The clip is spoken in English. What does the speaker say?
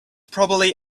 probably